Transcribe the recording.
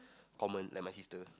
common like my sister